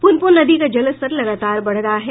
पुनपुन नदी का जलस्तर लगातार बढ़ रहा है